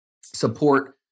support